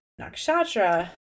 Nakshatra